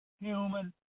human